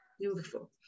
Beautiful